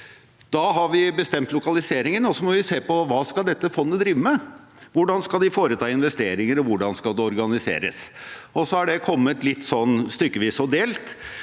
Da har vi bestemt lokaliseringen, og så må vi se på: Hva skal dette fondet drive med, hvordan skal de foreta investeringer, og hvordan skal det organiseres? Så har det kommet stykkevis og delt.